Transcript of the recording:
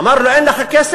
אמר לו: אין לך כסף?